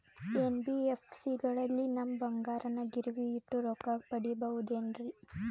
NBFC ಗಳಲ್ಲಿ ನಮ್ಮ ಬಂಗಾರನ ಗಿರಿವಿ ಇಟ್ಟು ರೊಕ್ಕ ಪಡೆಯಬಹುದೇನ್ರಿ?